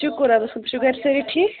شُکُر رۄبَس کُن تُہۍ چھُو گَرِ سٲری ٹھیٖک